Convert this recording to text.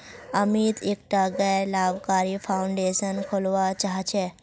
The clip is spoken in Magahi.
अमित एकटा गैर लाभकारी फाउंडेशन खोलवा चाह छ